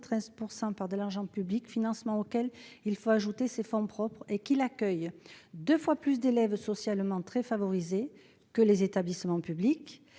73 % par de l'argent public, financement auquel il faut ajouter ses fonds propres, et qu'il accueille deux fois plus d'élèves socialement très favorisés que les établissements publics